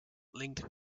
linked